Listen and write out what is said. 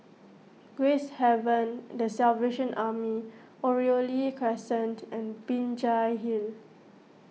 Gracehaven the Salvation Army Oriole Crescent and Binjai Hill